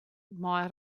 mei